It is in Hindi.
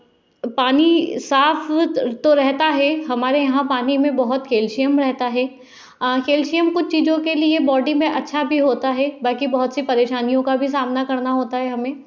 पानी साफ़ तो रहता है हमारे यहाँ पानी में बहुत कैल्शियम रहता है कैल्शियम कुछ चीज़ों के लिए बॉडी में अच्छा भी होता है बाकी बहुत सी परेशानियों का सामना भी करना होता है हमें